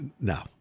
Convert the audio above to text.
No